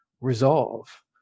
resolve